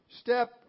step